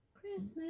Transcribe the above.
Christmas